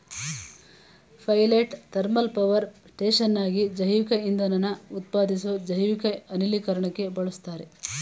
pilot thermal power ಸ್ಟೇಷನ್ಗಾಗಿ ಜೈವಿಕಇಂಧನನ ಉತ್ಪಾದಿಸ್ಲು ಜೈವಿಕ ಅನಿಲೀಕರಣಕ್ಕೆ ಬಳುಸ್ತಾರೆ